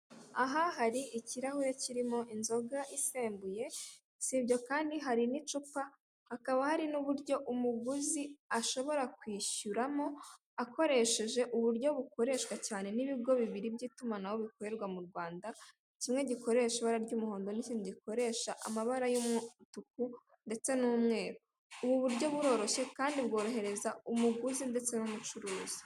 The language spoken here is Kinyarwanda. Aha hari ikirahure kirimo inzoga isembuye, sibyo kandi hari n'icupa, hakaba hari n'uburyo umuguzi ashobora kwishyuramo akoresheje uburyo bukoreshwa cyane n'ibigo bibiri by'itumanaho bikorerwa mu Rwanda, kimwe gikoresha ibara ry'umuhondo n'ikindi gikoresha amabara y'umutuku ndetse n'umweru, ubu buryo buroroshye kandi bworohereza umuguzi ndetse n'umucuruzi.